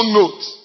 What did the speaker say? note